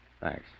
Thanks